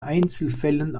einzelfällen